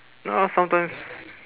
you know sometimes